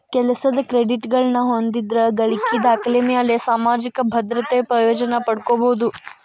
ಕೆಲಸದ್ ಕ್ರೆಡಿಟ್ಗಳನ್ನ ಹೊಂದಿದ್ರ ಗಳಿಕಿ ದಾಖಲೆಮ್ಯಾಲೆ ಸಾಮಾಜಿಕ ಭದ್ರತೆ ಪ್ರಯೋಜನ ಪಡ್ಕೋಬೋದು